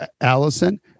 Allison